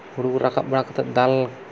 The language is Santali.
ᱦᱩᱲᱩ ᱨᱟᱠᱟᱵ ᱵᱟᱲᱟ ᱠᱟᱛᱮᱫ ᱫᱟᱞ